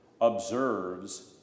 observes